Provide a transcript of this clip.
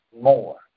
more